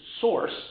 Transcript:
source